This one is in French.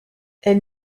elle